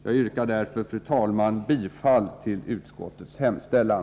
Jag yrkar därför, fru talman, bifall till utskottets hemställan.